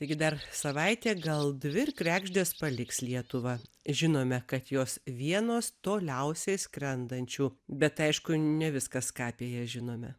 taigi dar savaitė gal dvi ir kregždės paliks lietuvą žinome kad jos vienos toliausiai skrendančių bet aišku ne viskas ką apie jas žinome